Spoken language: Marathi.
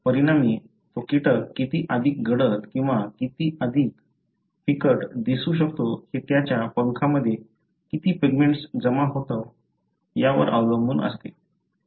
परिणामी तो कीटक किती अधिक गडद किंवा फिकट दिसू शकतो हे त्याच्या पंखांमध्ये किती पिगमेंट्स जमा होते यावर अवलंबून असते